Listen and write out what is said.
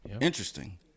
Interesting